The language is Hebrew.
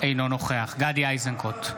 אינו נוכח גדי איזנקוט,